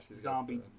zombie